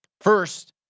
First